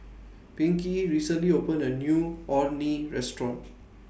Pinkey recently opened A New Orh Nee Restaurant